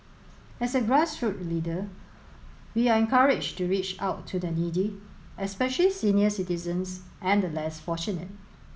as a grassroots leader we are encouraged to reach out to the needy especially senior citizens and the less fortunate